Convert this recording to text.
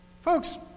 Folks